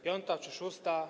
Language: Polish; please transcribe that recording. Piąta czy szósta?